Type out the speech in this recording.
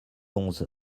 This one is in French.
onze